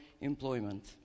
employment